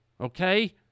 Okay